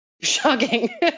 Shocking